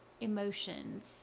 emotions